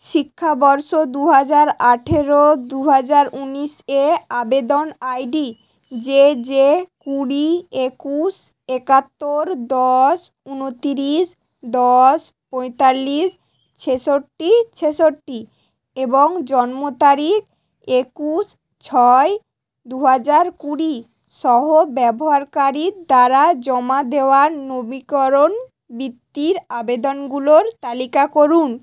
শিক্ষাবর্ষ দু হাজার আঠেরো দু হাজার উনিশে আবেদন আইডি জে জে কুড়ি একুশ একাত্তর দশ উনতিরিশ দশ পঁয়তাল্লিশ ছেষট্টি ছেষট্টি এবং জন্ম তারিখ একুশ ছয় দু হাজার কুড়ি সহ ব্যবহারকারীর দ্বারা জমা দেওয়া নবীকরণ বৃত্তির আবেদনগুলোর তালিকা করুন